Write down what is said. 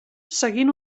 seguint